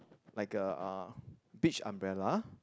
like a uh beach umbrella